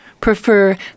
Prefer